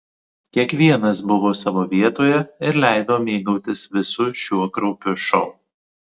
kiekvienas buvo savo vietoje ir leido mėgautis visu šiuo kraupiu šou